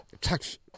touch